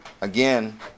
again